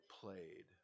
played